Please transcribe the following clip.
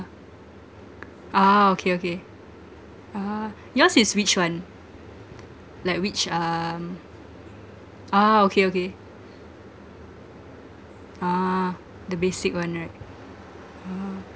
ah okay okay ah yours is which one like which um ah okay okay ah the basic one right ah